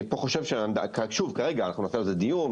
כרגע זה דיון.